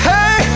Hey